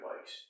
bikes